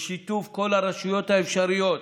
בשיתוף כל הרשויות האפשריות,